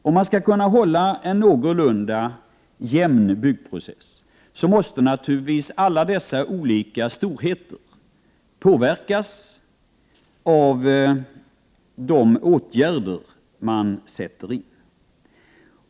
Om man skall upprätthålla en någorlunda jämn byggprocess, måste naturligtvis alla dessa olika storheter påverkas av de åtgärder man sätter in.